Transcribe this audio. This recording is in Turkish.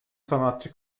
sanatçı